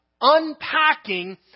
unpacking